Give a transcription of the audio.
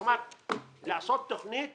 לעשות תוכנית